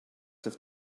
have